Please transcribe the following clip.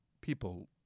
people